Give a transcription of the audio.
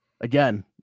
again